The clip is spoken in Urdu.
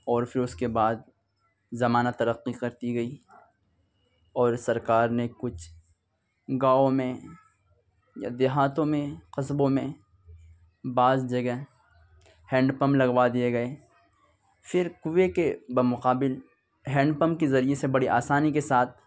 اور پھر اس کے بعد زمانہ ترقی کرتی گئی اور سرکار نے کچھ گاؤں میں دیہاتوں میں قصبوں میں بعض جگہ ہینڈ پمپ لگوا دیے گئے پھر کنویں کے بمقابل ہینڈ پمپ کے ذریعہ سے بڑی آسانی کے ساتھ